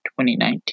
2019